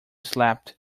slept